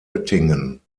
oettingen